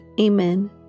Amen